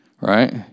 Right